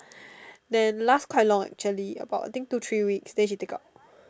then last quite long actually about I think two three weeks then she take out